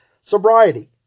Sobriety